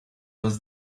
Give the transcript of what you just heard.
was